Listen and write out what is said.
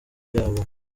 byabo